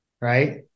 Right